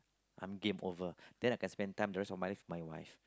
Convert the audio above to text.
I'm game over then I can spend time the rest of my life with my wife